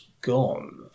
gone